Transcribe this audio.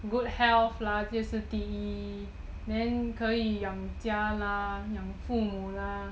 good health lah 就是第一 then 可以养家 lah 养父母